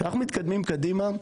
כשאנחנו מתקדמים קדימה,